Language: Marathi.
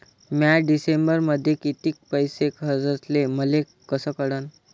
म्या डिसेंबरमध्ये कितीक पैसे खर्चले मले कस कळन?